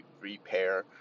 repair